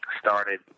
started